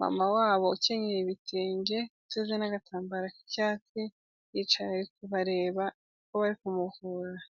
mama wabo ukenyeye ibitenge uteze n'agatambaro k'icyatsi, yicaye ari kubareba uko bari kumuvura.